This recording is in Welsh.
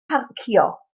parcio